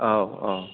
औ औ